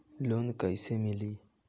Loan कइसे मिली?